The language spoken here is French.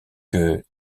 que